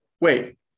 Wait